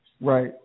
Right